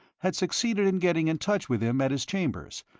had succeeded in getting in touch with him at his chambers,